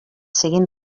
siguin